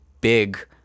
big